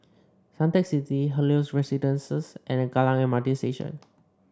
Suntec City Helios Residences and Kallang M R T Station